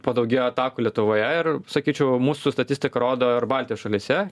padaugėjo atakų lietuvoje ir sakyčiau mūsų statistika rodo ir baltijos šalyse